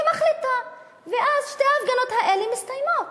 היא מחליטה, ואז שתי ההפגנות האלה מסתיימות